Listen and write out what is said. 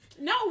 No